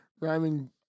Rhyming